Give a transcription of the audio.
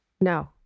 No